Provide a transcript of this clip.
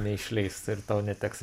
neišleis ir tau neteks